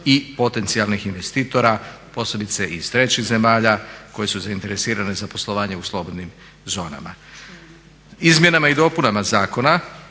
i potencijalnih investitora posebice iz trećih zemalja koje su zainteresirane za poslovanje u slobodnim zonama. Izmjenama i dopunama zakona